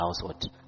household